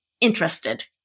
interested